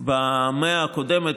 במאה הקודמת,